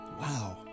Wow